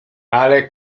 ale